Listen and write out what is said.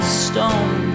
stone